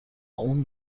اون